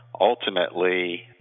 ultimately